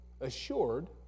assured